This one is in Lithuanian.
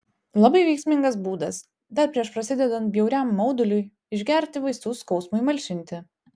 labai veiksmingas būdas dar prieš prasidedant bjauriam mauduliui išgerti vaistų skausmui malšinti